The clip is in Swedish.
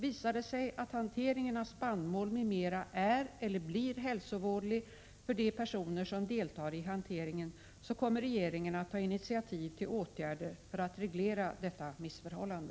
Visar det sig att hanteringen av spannmål m.m. är eller blir hälsovådlig för de personer som deltar i hanteringen, kommer regeringen att ta initiativ till åtgärder för att reglera detta missförhållande.